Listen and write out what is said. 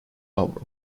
avro